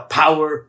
power